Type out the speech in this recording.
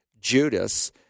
Judas